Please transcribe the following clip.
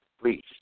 please